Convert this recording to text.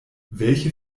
welche